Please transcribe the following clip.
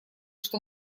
что